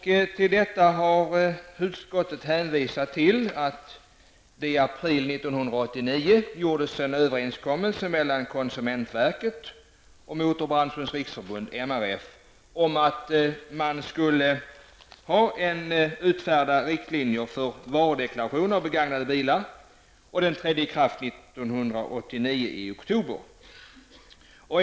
Utskottet har hänvisat till att det i april 1989 gjordes en överenskommelse mellan konsumentverket och Motorbranschens Riksförbund, MRF, om att man skulle utfärda riktlinjer för varudeklarationer av gamla bilar. Den trädde i kraft i oktober 1989.